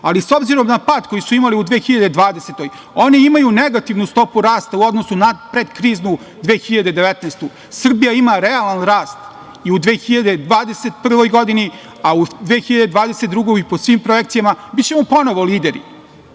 ali s obzirom na pad koji su imali u 2020. godini, oni imaju negativnu stopu rasta u odnosu na pretkriznu 2019. godiSrbija ima realan rast i u 2021. godini, a u 2020. godini po svim projekcijama bićemo ponovo lideri.